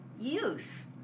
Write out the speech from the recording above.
use